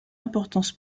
importance